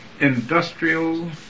industrial